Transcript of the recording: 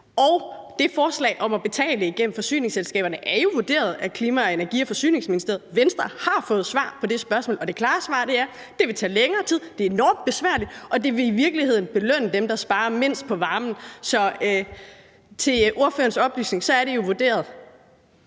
Og forslaget om at betale igennem forsyningsselskaberne er jo blevet vurderet af Klima-, Energi- og Forsyningsministeriet; Venstre har fået svar på det spørgsmål, og det klare svar er: Det vil tage længere tid, det er enormt besværligt, og det vil i virkeligheden belønne dem, der sparer mindst på varmen. Så til ordførerens oplysning er det jo blevet